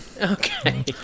Okay